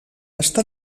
està